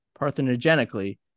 parthenogenically